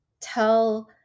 tell